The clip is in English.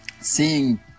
Seeing